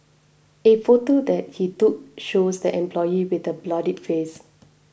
a photo that he took shows the employee with a bloodied face